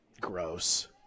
gross